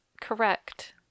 correct